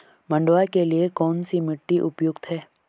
मंडुवा के लिए कौन सी मिट्टी उपयुक्त है?